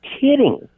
kidding